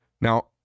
Now